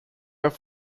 auf